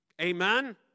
Amen